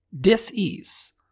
dis-ease